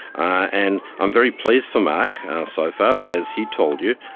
and i'm very pleased for mark so far, but as he told you,